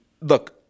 look